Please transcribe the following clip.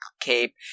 cape